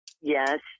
Yes